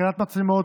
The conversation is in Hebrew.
התקנת מצלמות,